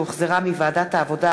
שהחזירה ועדת העבודה,